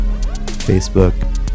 Facebook